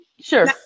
sure